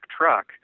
truck